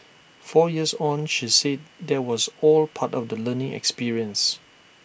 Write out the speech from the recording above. four years on she said that was all part of the learning experience